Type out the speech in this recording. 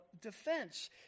defense